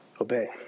obey